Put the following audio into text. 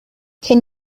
can